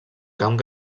camp